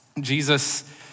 Jesus